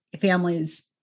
families